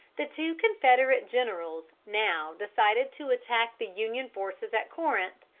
the two confederate generals now decided to attack the union forces at corinth,